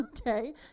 okay